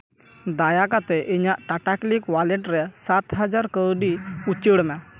ᱫᱟᱭᱟ ᱠᱟᱛᱮ ᱤᱧᱟᱜ ᱴᱟᱴᱟ ᱠᱞᱤᱠ ᱚᱣᱟᱞᱮᱴ ᱨᱮ ᱥᱟᱛ ᱦᱟᱡᱟᱨ ᱠᱟᱹᱣᱰᱤ ᱩᱪᱟᱹᱲ ᱢᱮ